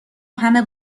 همه